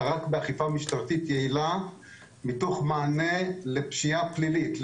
רק באכיפה משטרתית יעילה מתוך מענה לפשיעה פלילית,